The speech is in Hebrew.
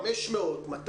האם מדובר ב-1,500, 200?